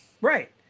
Right